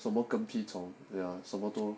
什么都对啊什么都